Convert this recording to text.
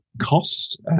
cost